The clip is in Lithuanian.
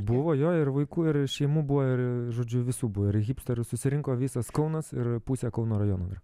buvo jo ir vaikų ir šeimų buvo ir žodžiu visų buvo ir hipsterių susirinko visas kaunas ir pusė kauno rajono